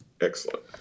Excellent